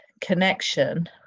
connection